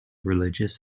religious